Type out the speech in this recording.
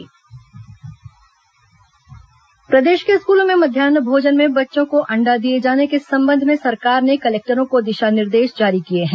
मध्यान्ह भोजन कलेक्टर निर्देश प्रदेश के स्कूलों में मध्यान्ह भोजन में बच्चों को अण्डा दिए जाने के संबंध में सरकार ने कलेक्टरों को दिशा निर्देश जारी किए हैं